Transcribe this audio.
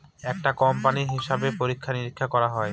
একটা কোম্পানির হিসাব পরীক্ষা নিরীক্ষা করা হয়